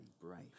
brave